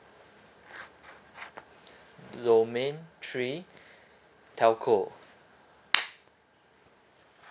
domain three telco